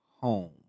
Home